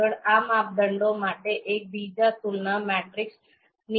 આગળ આ માપદંડો માટે એક બીજા તુલના મેટ્રિક્સની જરૂર છે